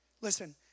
Listen